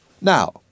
Now